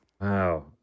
Wow